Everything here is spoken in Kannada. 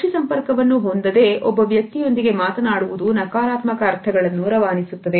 ಅಕ್ಷಿ ಸಂಪರ್ಕವನ್ನು ಹೊಂದದೇ ಒಬ್ಬ ವ್ಯಕ್ತಿಯೊಂದಿಗೆ ಮಾತನಾಡುವುದು ನಕಾರಾತ್ಮಕ ಅರ್ಥಗಳನ್ನು ರವಾನಿಸುತ್ತದೆ